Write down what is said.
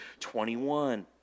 21